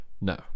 No